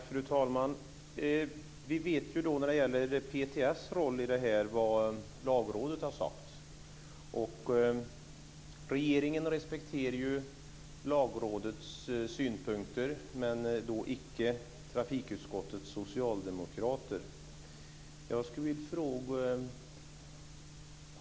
Fru talman! Vi vet vad Lagrådet har sagt när det gäller PTS roll i detta. Regeringen respekterar Lagrådets synpunkter men det gör icke trafikutskottets socialdemokrater.